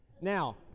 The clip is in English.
Now